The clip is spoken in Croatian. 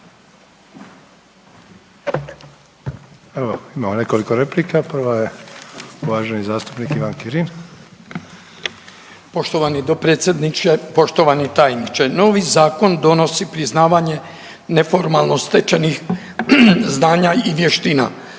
poštovani tajniče. Novi Zakon donosi priznavanje neformalno stečenih znanja i vještina